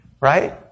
right